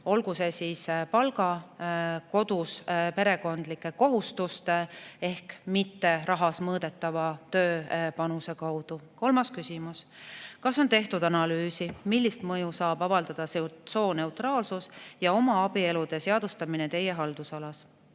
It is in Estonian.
olgu see palga või kodus perekondlike kohustuste ehk mitte rahas mõõdetava tööpanuse kaudu. Kolmas küsimus: "Kas on tehtud analüüsi, millist mõju saab avaldama sooneutraalsus ja homoabielude seadustamine teie haldusalas?"